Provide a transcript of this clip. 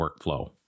workflow